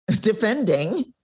defending